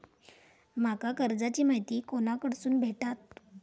माका कर्जाची माहिती कोणाकडसून भेटात?